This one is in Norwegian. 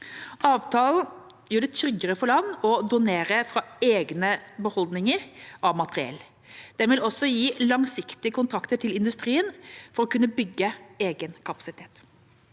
Avtalen gjør det tryggere for land å donere fra egne beholdninger av materiell. Den vil også gi langsiktige kontrakter til industrien for å kunne bygge egen kapasitet.